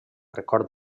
record